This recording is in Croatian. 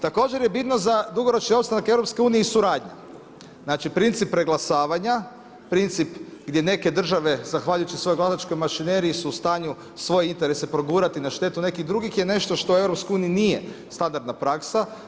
Također je bitno za dugoročni opstanak EU i suradnja, znači princip preglasavanja, princip gdje neke države zahvaljujući svojoj glasačkoj mašineriji su u stanju svoje interese progurati na štetu nekih drugih je nešto što u EU nije standardna praksa.